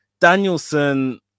Danielson